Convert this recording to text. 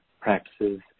practices